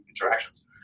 interactions